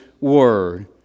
word